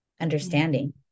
understanding